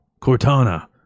Cortana